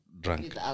drunk